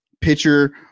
pitcher